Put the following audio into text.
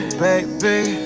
baby